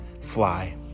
fly